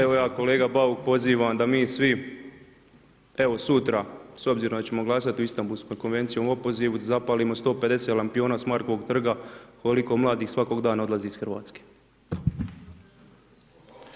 Evo ja kolega Bauk, pozivam da mi svi evo sutra s obzirom da ćemo glasati o Istanbulskoj konvenciji i opozivu, da zapalimo 150 lampiona s Markovog trga, koliko mladih svakog dana odlazi iz Hrvatske.